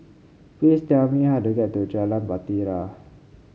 please tell me how to get to Jalan Bahtera